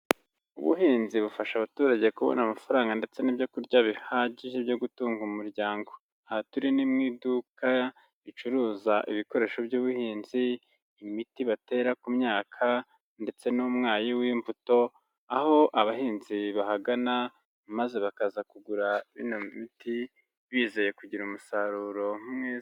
Ubuhinzi bufasha abaturage kubona amafaranga ndetse n'byo kurya bihagije byo gutunga umuryango. Aha turi ni mu iduka, ricuruza ibikoresho by'ubuhinzi, imiti batera ku myaka, ndetse n'umwayi w'imbuto, aho abahinzi bahagana, maze bakaza kugura bino biti bizeye kugira umusaruro mwiza.